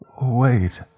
Wait